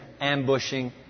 ambushing